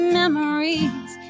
memories